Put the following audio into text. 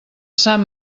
sant